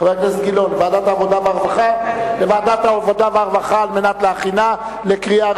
לוועדת העבודה, הרווחה והבריאות נתקבלה.